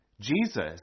Jesus